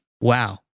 Wow